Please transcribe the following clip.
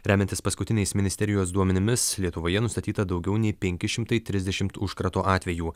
remiantis paskutiniais ministerijos duomenimis lietuvoje nustatyta daugiau nei penki šimtai trisdešimt užkrato atvejų